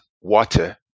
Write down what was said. water